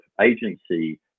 agency